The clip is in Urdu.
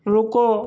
رکو